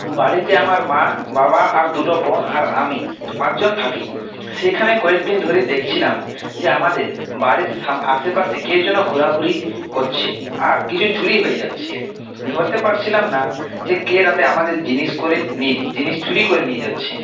বাড়িতে আমার মা বাবা আর দুটো বোন আর আমি পাঁচজন থাকি সেখানে কয়েকদিন ধরে দেখছিলাম যে আমাদের বাড়ির সাম আশেপাশে কেউ যেন ঘুরাঘুরি করছে আর কিছু চুরি হয়ে যাচ্ছে ধরতে পারছিলাম না যে কে রাতে আমাদের জিনিস করে জিনিস চুরি করে নিয়ে যাচ্ছে